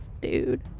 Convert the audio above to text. dude